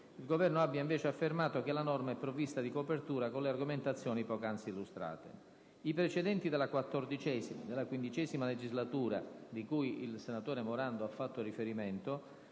il Governo abbia invece affermato che la norma è provvista di copertura con le argomentazioni poc'anzi illustrate. I precedenti della XIV e della XV legislatura a cui il senatore Morando ha fatto riferimento